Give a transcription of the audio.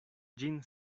ĝin